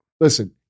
Listen